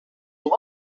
were